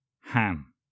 ham